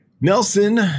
Nelson